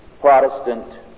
Protestant